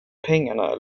pengarna